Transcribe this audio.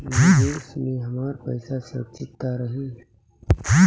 निवेश में हमार पईसा सुरक्षित त रही?